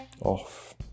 off